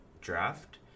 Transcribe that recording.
draft